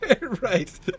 Right